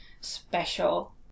special